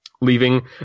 Leaving